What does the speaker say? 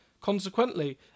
Consequently